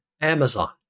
Amazon